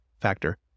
factor